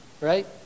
right